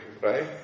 right